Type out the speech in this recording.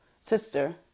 sister